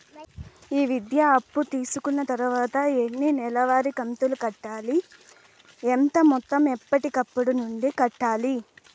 ఈ విద్యా అప్పు తీసుకున్న తర్వాత ఎన్ని నెలవారి కంతులు కట్టాలి? ఎంత మొత్తం ఎప్పటికప్పుడు నుండి కట్టాలి?